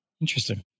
Interesting